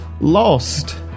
lost